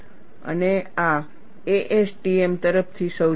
અને આ ASTM તરફથી સૌજન્ય છે